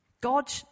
God